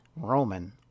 Roman